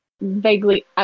vaguely